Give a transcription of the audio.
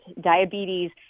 diabetes